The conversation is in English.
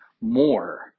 more